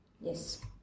Yes